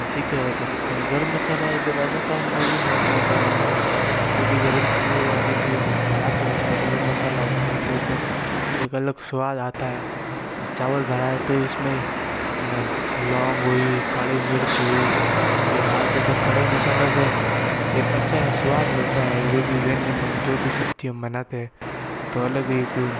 सीखे है तो गरम मसाला इधर राजस्थान में यूँ है के मैंने जो भी गरम चीज़ें या जो भी हम बनाते हैं उसमें गरम मसाला डालते हैं तो एक अलग स्वाद आता है एक चावल बनाए तो इसमें इसमें अपनी लॉंग हुई काली मिर्च हुई ये डालते हैं तो खड़े मसालों से एक अच्छा स्वाद मिलता है जो भी व्यंजन एंड जो भी सब्ज़ी हम बनाते हैं तो अलग ही एक